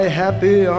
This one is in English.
happy